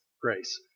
grace